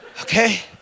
okay